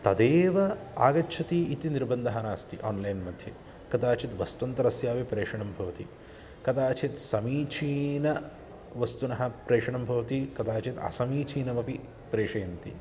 तदेव आगच्छति इति निर्बन्धः नास्ति आन्लैन् मध्ये कदाचित् वस्त्वन्तरस्यापि प्रेषणं भवति कदाचित् समीचीनवस्तुनः प्रेषणं भवति कदाचित् असमीचीनमपि प्रेषयन्ति